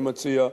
אני מציע,